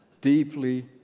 Deeply